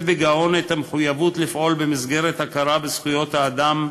בגאון את המחויבות לפעול במסגרת ההכרה בזכויות האדם,